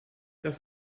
das